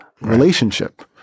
relationship